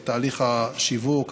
לתהליך השיווק,